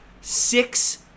six